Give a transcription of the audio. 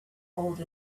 old